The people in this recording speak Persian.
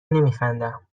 نمیخندم